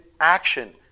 action